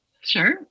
sure